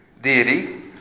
deity